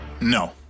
No